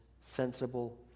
sensible